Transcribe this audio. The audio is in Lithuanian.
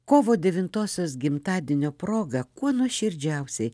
kovo devintosios gimtadienio proga kuo nuoširdžiausiai